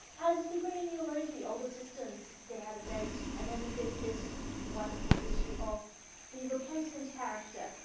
as we bring in new emoji, older systems get out of date. and then we get this wonderful issue of the replacement character,